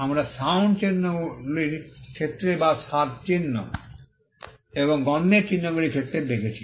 আমরা সাউন্ড চিহ্নগুলির ক্ষেত্রে এবং স্বাদ চিহ্ন এবং গন্ধের চিহ্নগুলির ক্ষেত্রে দেখেছি